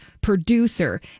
producer